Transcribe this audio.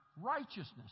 righteousness